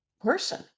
person